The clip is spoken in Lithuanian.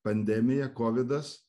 pandemija kovidas